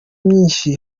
myinshi